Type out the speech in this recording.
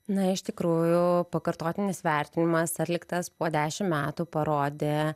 na iš tikrųjų pakartotinis vertinimas atliktas po dešim metų parodė